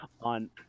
on